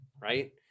right